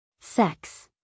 Sex